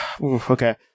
Okay